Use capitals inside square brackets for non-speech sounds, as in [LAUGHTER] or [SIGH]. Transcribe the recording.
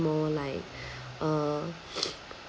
more like uh [NOISE]